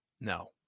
no